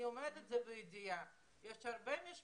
אני אומרת את זה מידיעה, יש הרבה משפחות